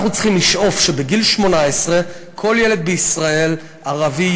אנחנו צריכים לשאוף שבגיל 18 כל ילד בישראל: ערבי,